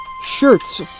shirts